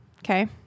okay